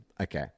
Okay